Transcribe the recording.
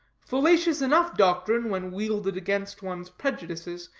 fallacious enough doctrine when wielded against one's prejudices,